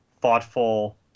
thoughtful